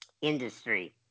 industry